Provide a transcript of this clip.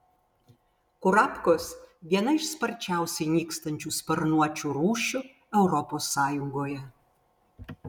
kurapkos viena iš sparčiausiai nykstančių sparnuočių rūšių europos sąjungoje